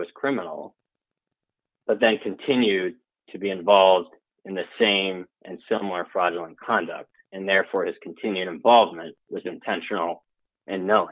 was criminal but then continued to be involved in the same and similar fraudulent conduct and therefore his continued involvement was intentional and kno